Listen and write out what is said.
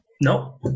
no